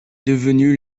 devenu